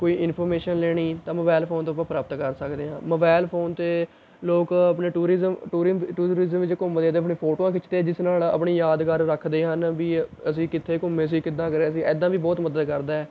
ਕੋਈ ਇਨਫੋਮੇਸ਼ਨ ਲੈਣੀ ਤਾਂ ਮੋਬਾਇਲ ਫੋਨ ਤੋਂ ਆਪਾਂ ਪ੍ਰਾਪਤ ਕਰ ਸਕਦੇ ਹਾਂ ਮੋਬਾਇਲ ਫੋਨ 'ਤੇ ਲੋਕ ਆਪਣੇ ਟੂਰਿਜ਼ਮ ਟੁਰਿਅਮ ਟੂਰਿਜ਼ਮ ਵਿੱਚ ਘੁੰਮਦੇ ਅਤੇ ਆਪਣੀਆਂ ਫੋਟੋਆਂ ਖਿੱਚਦੇ ਜਿਸ ਨਾਲ ਆਪਣੀ ਯਾਦਗਾਰ ਰੱਖਦੇ ਹਨ ਵੀ ਅ ਅਸੀਂ ਕਿੱਥੇ ਘੁੰਮੇ ਸੀ ਕਿੱਦਾਂ ਗਏ ਸੀ ਇੱਦਾਂ ਵੀ ਬਹੁਤ ਮਦਦ ਕਰਦਾ ਹੈ